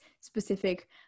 specific